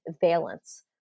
valence